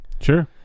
sure